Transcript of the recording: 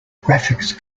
graphics